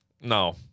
No